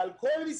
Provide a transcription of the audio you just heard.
על כל משרדיה,